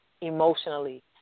emotionally